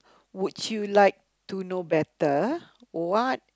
would you like to know better what